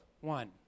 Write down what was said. one